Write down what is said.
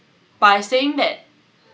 by saying that